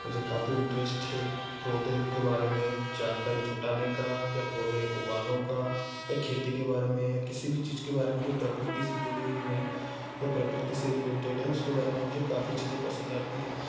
मुझे काफी इंटरेस्ट है पौधे के बारे में जानकारी जुटाने का या पौधे उगानें का या खेती के बारे में या किसी भी चीज के बारे में मुझे प्रकृति से जुड़ी हुई हैं या प्रकृति से रिलेटेड हैं उसके बारे में मुझे काफी चीजें पसंद आती हैं